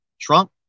Trump